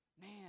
Man